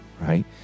right